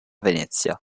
venezia